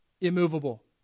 immovable